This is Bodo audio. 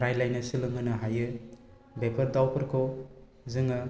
रायलायनो सोलोंहोनो हायो बेफोर दावफोरखौ जोङो